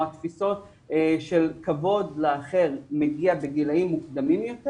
התפיסות של כבוד לאחר מגיע בגילים מוקדמים יותר,